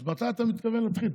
אז מתי אתה מתכוון להתחיל?